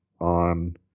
on